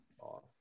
off